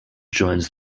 joins